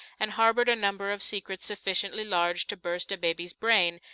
and harbored a number of secrets sufficiently large to burst a baby's brain,